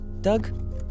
Doug